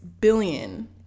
billion